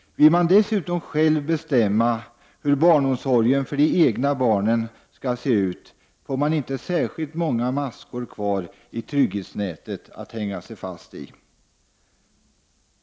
Vill man dessutom själv bestämma hur barnomsorgen för de egna barnen skall se ut får man inte särskilt många maskor kvar i trygghetsnätet att hänga sig fast i.